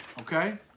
okay